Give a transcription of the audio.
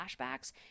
flashbacks